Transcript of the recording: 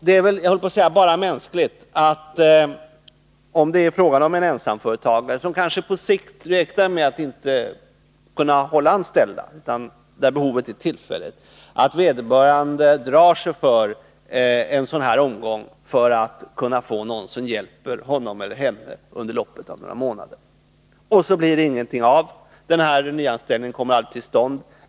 Det är väl — låt mig säga så — bara mänskligt att en ensamföretagare, som kanske inte räknar med att på sikt kunna ha några anställda utan som vill täcka ett bara tillfälligt behov, drar sig för en sådan omgång för att få någon som hjälper honom eller henne under loppet av några månader. Och så blir det ingenting av — nyanställningen kommer aldrig till stånd.